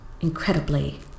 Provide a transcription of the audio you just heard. incredibly